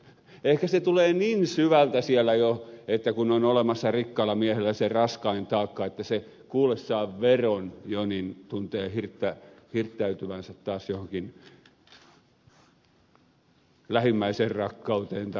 ehkä se tulee niin syvältä sieltä jo että on olemassa rikkaalla miehellä se raskain taakka että se jo kuullessaan sanan vero tuntee hirttäytyvänsä taas johonkin lähimmäisenrakkauteen tai välittämiseen